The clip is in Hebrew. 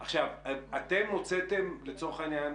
אתם הוצאתם לצורך העניין